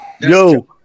Yo